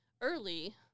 early